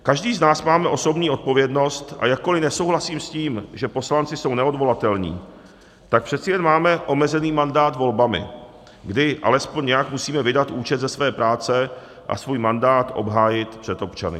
Každý z nás máme osobní odpovědnost, a jakkoliv nesouhlasím s tím, že poslanci jsou neodvolatelní, tak přeci jen máme mandát omezený volbami, kdy alespoň nějak musíme vydat účet ze své práce a svůj mandát obhájit před občany.